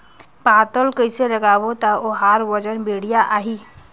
पातल कइसे लगाबो ता ओहार वजन बेडिया आही?